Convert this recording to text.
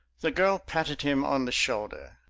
the girl patted him on the shoulder.